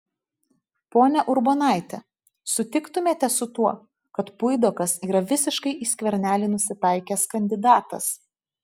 ponia urbonaite sutiktumėte su tuo kad puidokas yra visiškai į skvernelį nusitaikęs kandidatas